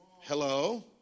Hello